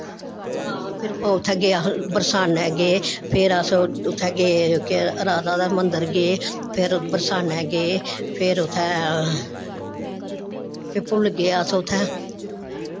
ओह् उत्थें गे अस बरसान्नै गे फिर अस उत्थें गे केह् राधा दे मन्दर गे फिर बरसान्नै गे फिर उत्थैं फिर भुल्ल गे अस उत्थैं